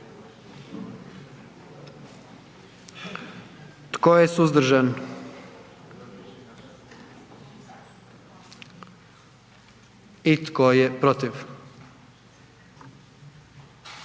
Tko je suzdržan? I tko je protiv?